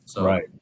Right